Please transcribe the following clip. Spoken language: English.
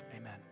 Amen